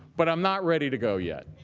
but i'm not ready to go yet.